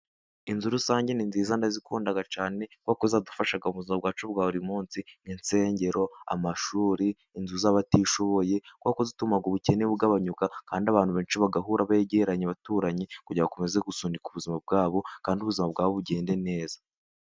Inzu rusange ni nziza ndazikunda cyane kuko ziradufasha mu buzima bwacu bwa buri muns n'insengero, amashuri, inzu z'abatishoboye kubera ko zituma ubukene bugabanyuka kandi abantu benshi bagahura begeranye, baturanye kugira bakomeze gusunika ubuzima bwabo kandi ubuzima bwabo bukagende neza.